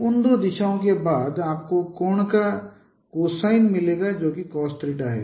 उन दो दिशाओं के बाद आपको कोण का कोसाइन मिलेगा जो कि cos θ है